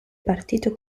partito